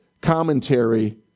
commentary